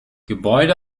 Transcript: gebäude